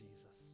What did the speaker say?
Jesus